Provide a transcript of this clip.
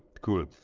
cool